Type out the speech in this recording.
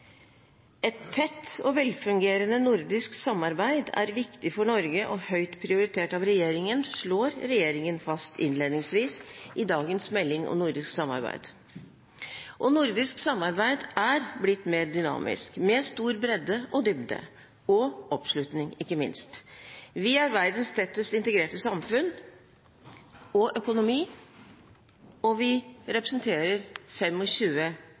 tett og velfungerende nordisk samarbeid er viktig for Norge og høyt prioritert av regjeringen», slår regjeringen fast innledningsvis i dagens melding om nordisk samarbeid. Og nordisk samarbeid er blitt mer dynamisk, med stor bredde og dybde – og oppslutning, ikke minst. Vi er verdens tettest integrerte samfunn og økonomi, og vi representerer